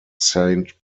saint